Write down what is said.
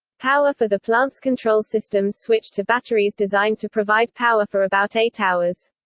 power for the plant's control systems switched to batteries designed to provide power for about eight hours.